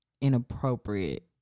inappropriate